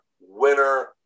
winner